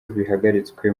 bihagaritswe